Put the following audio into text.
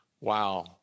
wow